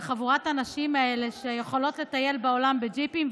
אל חבורת הנשים האלה שיכולות לטייל בעולם בג'יפים,